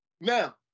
Now